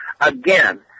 Again